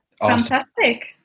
Fantastic